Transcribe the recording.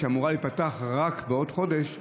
שאמורה להיפתח רק בעוד חודש,